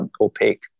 opaque